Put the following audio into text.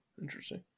Interesting